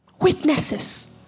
Witnesses